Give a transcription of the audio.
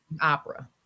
Opera